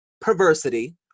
perversity